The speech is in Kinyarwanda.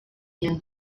young